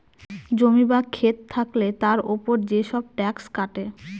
জমি বা খেত থাকলে তার উপর যেসব ট্যাক্স কাটে